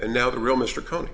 and now the real mr coa